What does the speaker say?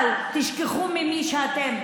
אבל תשכחו ממי שאתם.